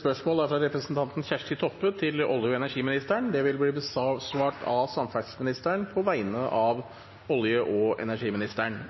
spørsmålet er utsatt. Vi går da til spørsmål 14. Dette spørsmålet, fra Kjersti Toppe til olje- og energiministeren, vil bli besvart av samferdselsministeren på vegne av olje- og energiministeren.